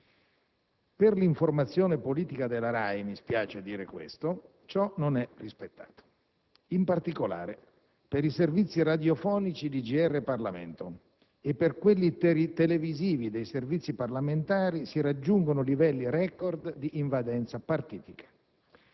Per l'informazione politica della RAI - mi spiace dire questo - ciò non è rispettato. In particolare, per i servizi radiofonici di «GrParlamento» e per quelli televisivi dei servizi parlamentari si raggiungono livelli record di invadenza partitica,